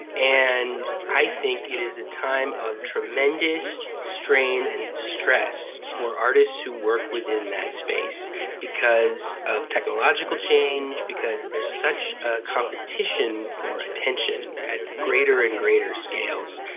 and i think it is a time of tremendous strain and stress for artists who work within that space because of technological change, because there is such a competition for attention at greater and greater scales,